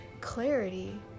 clarity